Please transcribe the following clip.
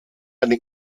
eine